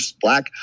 black